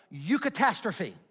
eucatastrophe